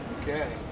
Okay